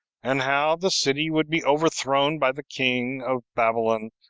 and how the city would be overthrown by the king of babylon,